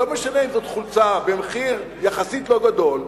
לא משנה אם זאת חולצה, במחיר לא גדול יחסית,